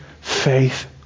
faith